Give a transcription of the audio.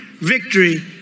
victory